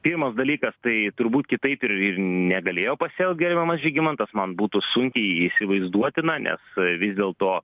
pirmas dalykas tai turbūt kitaip ir negalėjo pasielgt gerbiamas žygimantas man būtų sunkiai įsivaizduotina nes vis dėlto